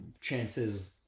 chances